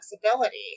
flexibility